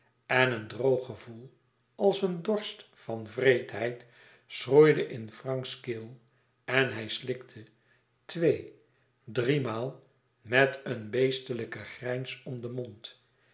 en een droog gevoel als een dorst van wreedheid schroeide in franks keel en hij slikte tweedriemaal met een beestelijken grijns om den mond